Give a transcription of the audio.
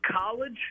college